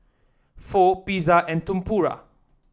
Pho Pizza and Tempura